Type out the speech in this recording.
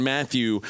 Matthew